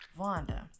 vonda